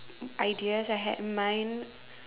ideas I had in mind